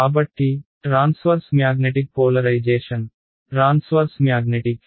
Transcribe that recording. కాబట్టి transverse magnetic polarization transverse magnetic